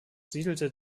siedelte